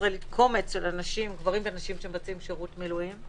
הישראלית קומץ של גברים ונשים שמבצעים שירות מילואים,